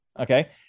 Okay